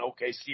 OKC